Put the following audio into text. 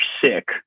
sick